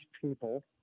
people